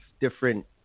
different